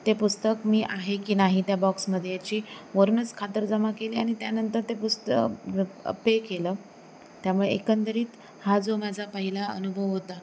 ते पुस्तक मी आहे की नाही त्या बॉक्समध्ये याची वरूनच खातरजमा केली आणि त्यानंतर ते पुस्तक पे केलं त्यामुळे एकंदरीत हा जो माझा पहिला अनुभव होता